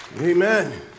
Amen